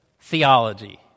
theology